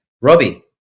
robbie